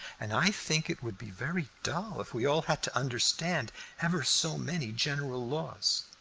and i think it would be very dull if we all had to understand ever so many general laws.